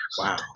Wow